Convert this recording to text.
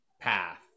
path